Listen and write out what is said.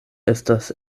estas